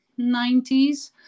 90s